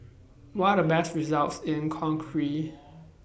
What Are The Best results in Conakry